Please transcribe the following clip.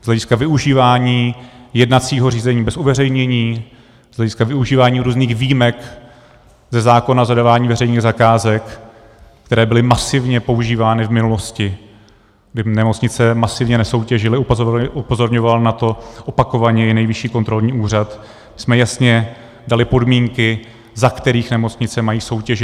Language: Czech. Z hlediska využívání jednacího řízení bez uveřejnění, z hlediska využívání různých výjimek ze zákona o zadávání veřejných zakázek, které byly masivně používány v minulosti, kdy nemocnice masivně nesoutěžily, upozorňoval na to opakovaně i Nejvyšší kontrolní úřad, jsme jasně dali podmínky, za kterých nemocnice mají soutěžit.